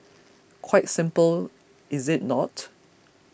quite simple is it not